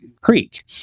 creek